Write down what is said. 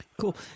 Cool